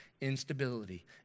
Instability